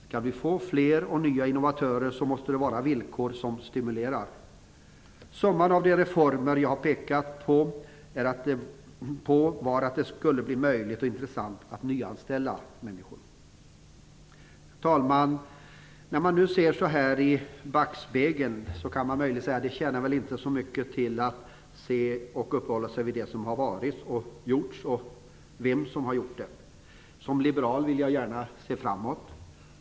Skall vi få fler och nya innovatörer måste det vara villkor som stimulerar. Summan av de reformer jag har pekat på var att det skulle bli möjligt och intressant att nyanställa människor. Herr talman! När man nu ser i backspegeln kan man möjligen säga att det inte tjänar så mycket till att uppehålla sig vid det som har varit, vad som har gjorts och vem som har gjort det. Som liberal vill jag gärna se framåt.